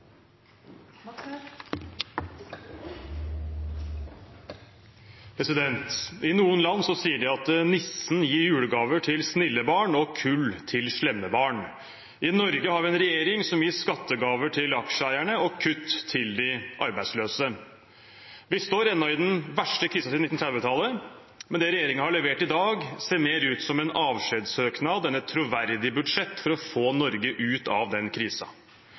I noen land sier de at nissen gir julegaver til snille barn og kull til slemme barn. I Norge har vi en regjering som gir skattegaver til aksjeeierne og kutt til de arbeidsløse. Vi står ennå i den verste krisen siden 1930-tallet, men det regjeringen har levert i dag, ser mer ut som en avskjedssøknad enn et troverdig budsjett for å få Norge ut av den